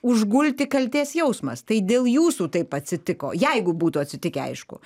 užgulti kaltės jausmas tai dėl jūsų taip atsitiko jeigu būtų atsitikę aišku